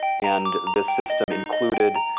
and this system included,